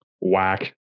Whack